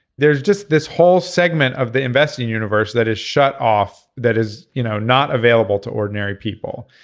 there's just this whole segment of the investing universe that is shut off that is you know not available to ordinary people.